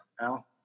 Al